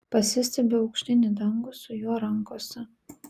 pasistiebiu aukštyn į dangų su juo rankose